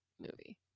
movie